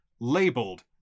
labeled